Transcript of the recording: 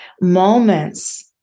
moments